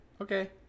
Okay